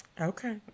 Okay